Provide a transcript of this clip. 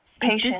Patient